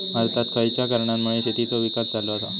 भारतात खयच्या कारणांमुळे शेतीचो विकास झालो हा?